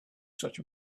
such